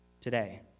today